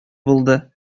булды